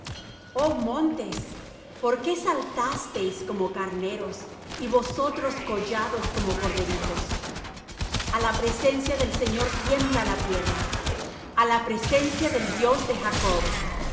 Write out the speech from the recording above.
oh montes por qué saltasteis como carneros y vosotros collados como corderitos a la presencia del señor tiembla la tierra a la presencia del dios de jacob